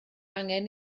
angen